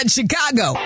Chicago